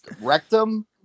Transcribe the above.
rectum